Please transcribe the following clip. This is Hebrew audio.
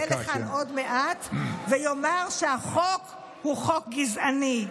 לכאן עוד מעט ויאמר שהחוק הוא חוק גזעני.